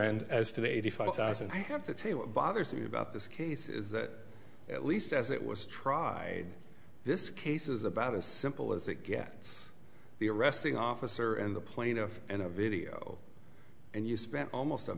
end as to the eighty five thousand i have to tell you what bothers me about this case is that at least as it was tried this case is about as simple as it gets the arresting officer and the plaintiff in a video and you spent almost a